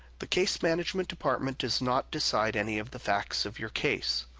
the case management department does not decide any of the facts of your case.